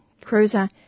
cruiser